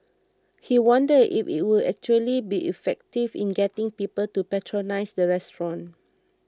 he wondered if it would actually be effective in getting people to patronise the restaurant